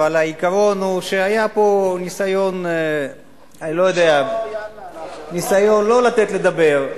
העיקרון הוא שהיה פה ניסיון לא לתת לדבר.